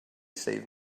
save